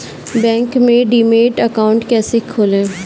Bank में demat account कैसे खोलें?